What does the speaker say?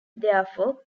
therefore